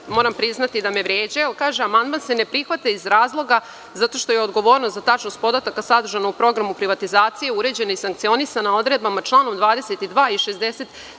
donekle me vređa, jer kaže – amandman se ne prihvata iz razloga zato što je odgovornost za tačnost podataka sadržana u programu privatizacije, uređena i sankcionisana odredbama članom 22. i 63a